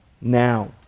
now